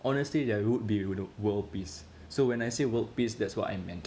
honestly there would be you know world peace so when I say world peace that's what I meant